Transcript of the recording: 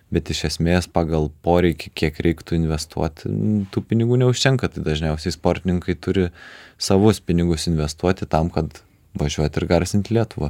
bet iš esmės pagal poreikį kiek reiktų investuot tų pinigų neužtenka tai dažniausiai sportininkai turi savus pinigus investuoti tam kad važiuot ir garsint lietuvą